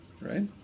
right